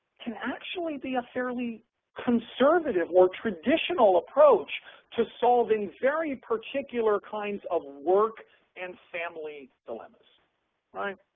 can actually be a fairly conservative or traditional approach to solving very particular kinds of work and family dilemmas right.